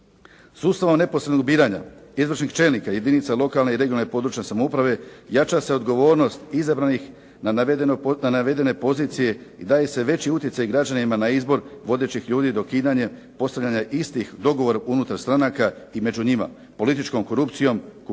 Sustavom neposrednog biranja izvršnih čelnika jedinica lokalne i regionalne područne samouprave jača se odgovornost izabranih na navedene pozicije i daje se veći utjecaj građanima na izbor vodećih ljudi dokidanjem postavljanja istih dogovora unutar stranaka i među njima političkom korupcijom, kupovanjem